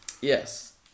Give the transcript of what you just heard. Yes